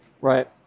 Right